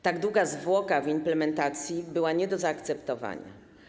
Tak długa zwłoka w implementacji była nie do zaakceptowania.